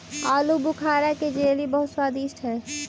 आलूबुखारा के जेली बहुत स्वादिष्ट हई